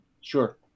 Sure